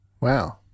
wow